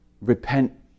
repent